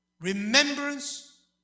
Remembrance